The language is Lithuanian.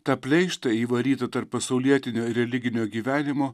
tą pleištą įvarytą tarp pasaulietinio ir religinio gyvenimo